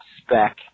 spec